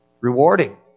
rewarding